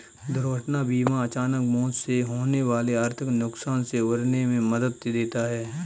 दुर्घटना बीमा अचानक मौत से होने वाले आर्थिक नुकसान से उबरने में मदद देता है